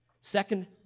Second